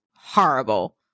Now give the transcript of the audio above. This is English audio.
horrible